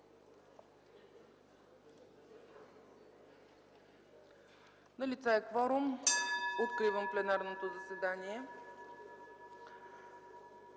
Налице е кворум. Откривам пленарното заседание.